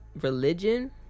religion